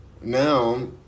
now